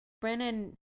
Brennan